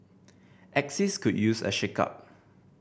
axis could use a shakeup